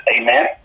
Amen